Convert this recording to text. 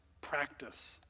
practice